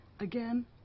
Again